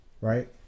right